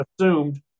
assumed